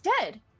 dead